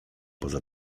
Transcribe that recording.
poza